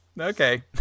okay